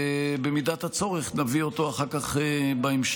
ובמידת הצורך נביא אותו אחר כך בהמשך,